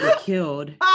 killed